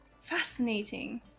fascinating